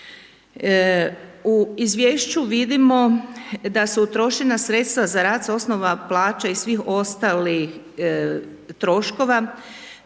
U izvješću vidimo da su utrošena sredstava za rad s osnova plaća i svih ostalih troškova